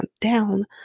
down